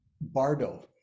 bardo